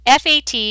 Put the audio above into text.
FAT